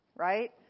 Right